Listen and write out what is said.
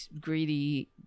greedy